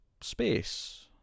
space